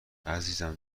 عزیزم